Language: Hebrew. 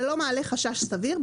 זה לא מעלה חשש סביר,